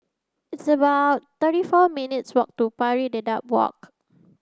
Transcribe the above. it's about thirty four minutes' walk to Pari Dedap Walk